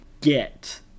get